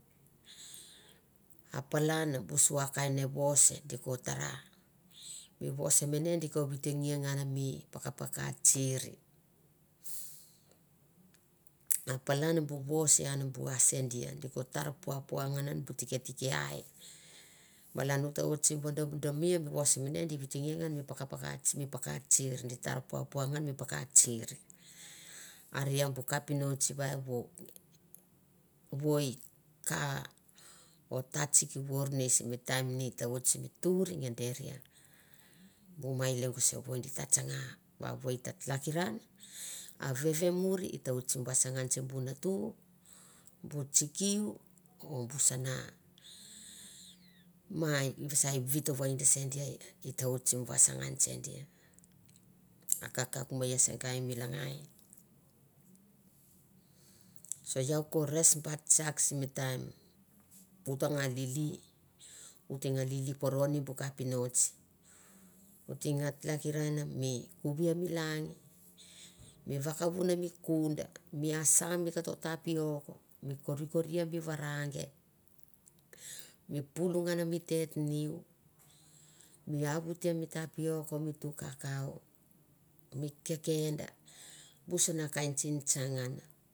A palan bu sua kain vas di ko tara, mi vas mane di ko votanggia ngan mi paka paka tsir. A palan bu vas an bu a se dia, di ko tar pua pua ngan an bu ti ke tike ai. Malan u ta oit na vadondome, mi vos mane di votongia ngan mi paka paka mi paka tsir, gi tar puapua ngan mi paka tsir are e bu kapinots va evoi ka o tatsik vour ne simi ta oit sim tuir nge deria bu mai lengo sevoi di ta tsanga va evoi ta hakiran a veve muir e ta oit ha vaseingan sim bu natu bu tsikiu, o bu sana mai vasa e vito vainde se dia di ta oit na vasangan se dia. A kakauk me se gai mi langai so iau ko res bait tsak simi taim u ta nga lili, o teng nga lili paro vak kavn mi kun, mi asa mi koto tapiok, kore kore mi varange, mi pul ngan mi ted niu, bu sana kain tsingtsang an.